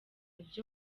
byo